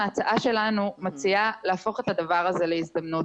ההצעה שלנו מציעה להפוך את הדבר הזה להזדמנות.